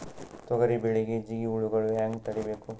ತೊಗರಿ ಬೆಳೆಗೆ ಜಿಗಿ ಹುಳುಗಳು ಹ್ಯಾಂಗ್ ತಡೀಬೇಕು?